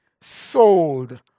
sold